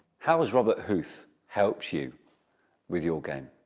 how has robert huth helped you with your game?